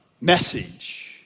Message